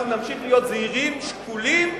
אנחנו נמשיך להיות זהירים, שקולים,